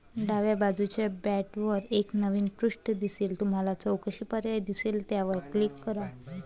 डाव्या बाजूच्या टॅबवर एक नवीन पृष्ठ दिसेल तुम्हाला चौकशी पर्याय दिसेल त्यावर क्लिक करा